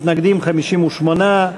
נגד, 58,